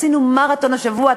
עשינו מרתון השבוע,